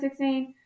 2016